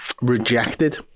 rejected